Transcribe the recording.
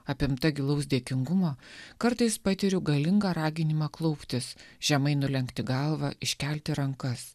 apimta gilaus dėkingumo kartais patiriu galingą raginimą klauptis žemai nulenkti galvą iškelti rankas